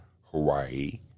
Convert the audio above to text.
Hawaii